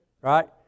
right